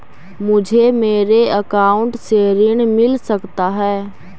मुझे मेरे अकाउंट से ऋण मिल सकता है?